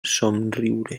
somriure